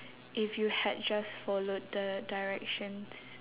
if you had just followed the directions